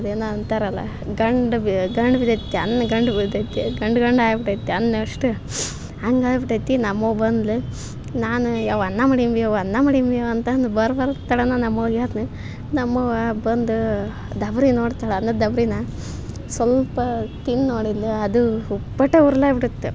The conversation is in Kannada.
ಅದೇನೋ ಅಂತಾರಲ್ಲ ಗಂಡ್ ಬಿ ಗಂಡ್ಬಿದ್ದೈತಿ ಅನ್ನ ಗಂಡ್ಬಿದ್ದೈತಿ ಗಂಡ್ ಗಂಡಾಗ್ಬಿಟ್ಟೈತಿ ಅನ್ನ ಅಷ್ಟು ಹಂಗಾಗಿ ಬಿಟ್ಟೈತಿ ನಮ್ಮವ್ವ ಬಂದ್ಲು ನಾನು ಯವ್ವ ಅನ್ನ ಮಾಡಿವ್ನಿ ಯವ್ವ ಅನ್ನ ಮಾಡಿವ್ನಿ ಅಂತ ಅಂದು ಬರ್ ಬರ್ತನೆ ನಮ್ಮವ್ವಗೆ ಹೇಳ್ತ್ನ್ ನಮ್ಮವ್ವ ಬಂದು ದಬ್ರಿನ ನೋಡ್ತಾಳ ಅನ್ನದ್ದು ದಬ್ರಿನಾ ಸ್ವಲ್ಪ ತಿಂದು ನೋಡಿದ್ಲು ಅದು ಉಪ್ಪಟ ಉರ್ಲ್ ಆಯ್ ಬಿಟ್ಟತು